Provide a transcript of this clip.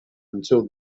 until